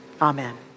Amen